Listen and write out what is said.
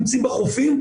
נמצאים בחופים,